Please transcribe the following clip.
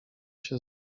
się